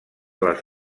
les